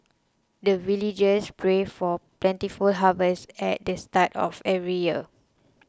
the villagers pray for plentiful harvest at the start of every year